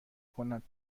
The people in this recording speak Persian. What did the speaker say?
کند